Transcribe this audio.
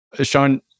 Sean